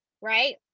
right